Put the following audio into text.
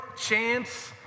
chance